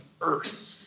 earth